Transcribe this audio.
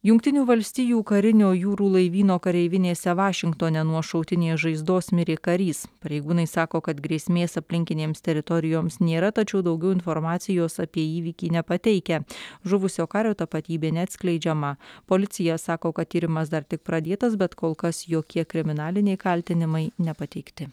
jungtinių valstijų karinio jūrų laivyno kareivinėse vašingtone nuo šautinės žaizdos mirė karys pareigūnai sako kad grėsmės aplinkinėms teritorijoms nėra tačiau daugiau informacijos apie įvykį nepateikia žuvusio kario tapatybė neatskleidžiama policija sako kad tyrimas dar tik pradėtas bet kol kas jokie kriminaliniai kaltinimai nepateikti